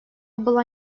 была